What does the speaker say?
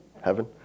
Heaven